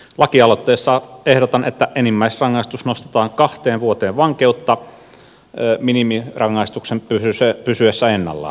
lakialoitteessa ehdotan että enimmäisrangaistus nostetaan kahteen vuoteen vankeutta minimirangaistuksen pysyessä ennallaan